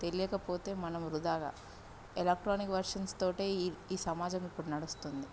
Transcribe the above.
తెలియకపోతే మనం వృధాగా ఎలక్ట్రానిక్ వెర్షన్స్తోటే ఈ ఈ సమాజం ఇప్పుడు నడుస్తుంది